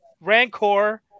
rancor